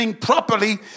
properly